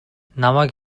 намайг